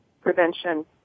prevention